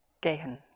Gehen